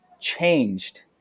changed